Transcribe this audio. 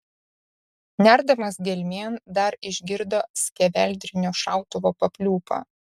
nerdamas gelmėn dar išgirdo skeveldrinio šautuvo papliūpą